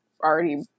already